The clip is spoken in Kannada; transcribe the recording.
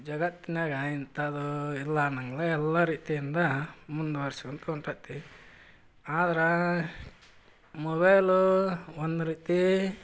ಜಗತ್ತಿನ್ಯಾಗ ಇಂಥದ್ದು ಇಲ್ಲ ಅನ್ನಂಗಿಲ್ಲ ಎಲ್ಲ ರೀತಿಯಿಂದ ಮುಂದುವರ್ಸ್ಕೊಂಡು ಕುಂತೈತಿ ಆದ್ರೆ ಮೊಬೈಲು ಒಂದು ರೀತಿ